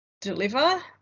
deliver